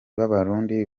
z’abarundi